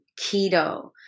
keto